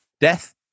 death